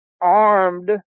armed